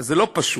זה לא פשוט.